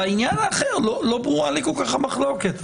בעניין האחר לא ברורה לי כל כך המחלוקת.